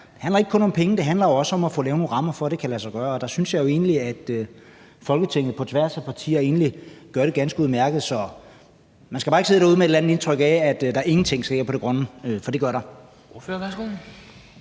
Det handler ikke kun om penge, det handler også om at få lavet nogle rammer, for at det kan lade sig gøre. Der synes jeg jo egentlig, at Folketinget på tværs af partierne gør det ganske udmærket, så man skal bare ikke sidde derude med et eller andet indtryk af, at der ingenting sker på det grønne område, for det gør der.